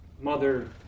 mother